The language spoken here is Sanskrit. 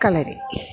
कळरि